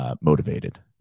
Motivated